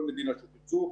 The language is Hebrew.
כל מדינה שתרצו.